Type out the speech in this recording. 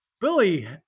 Billy